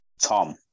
Tom